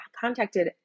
contacted